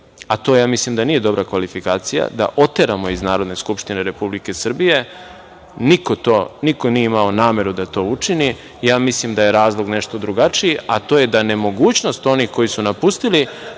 a to ja mislim da nije dobra kvalifikacija, da oteramo iz Narodne skupštine Republike Srbije, niko nije imalo nameru da to učini. Ja mislim da je razlog nešto drugačiji, a to je da nemogućnost onih koji su napustili